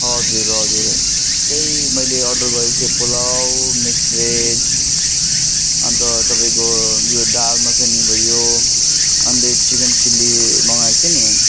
हजुर हजुर हो त्यही मैले अर्डर गरेको थिएँ पुलाव मिक्स वेज अन्त तपाईँको यो दाल मखनी भयो अन्त चिकन चिल्ली मगाएको थिएँ नि